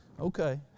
Okay